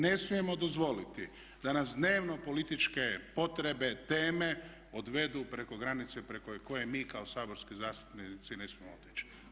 Ne smijemo dozvoliti da nas dnevno političke potrebe, teme odvedu preko granice preko koje mi kao saborski zastupnici ne smijemo priječi.